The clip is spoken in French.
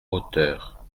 hauteur